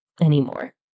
anymore